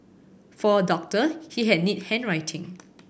for a doctor he had neat handwriting